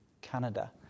Canada